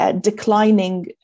declining